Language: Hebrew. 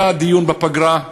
היה דיון בפגרה,